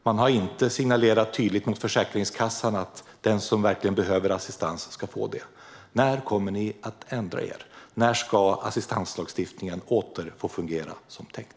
Man har inte signalerat tydligt mot Försäkringskassan att den som verkligen behöver assistans ska få det. När kommer ni att ändra er? När ska assistanslagstiftningen åter få fungera som tänkt?